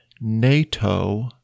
NATO